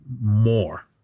more